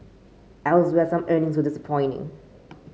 elsewhere some earnings were disappointing